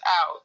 out